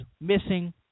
missing